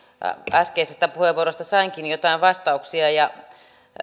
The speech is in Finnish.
äskeisestä puheenvuorosta sainkin joitain vastauksia